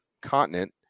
continent